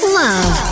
love